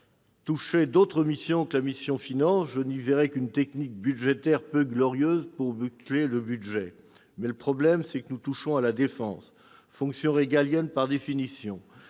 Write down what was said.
touchait d'autres missions que la mission « Défense », je n'y verrais qu'une technique budgétaire peu glorieuse pour boucler le budget. Le problème, c'est que nous touchons à la défense, fonction régalienne par définition,